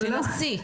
תנסי.